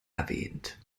erwähnt